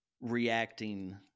reacting